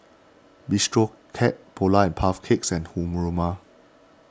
Bistro Cat Polar and Puff Cakes and Haruma